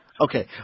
Okay